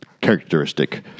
characteristic